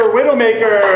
Widowmaker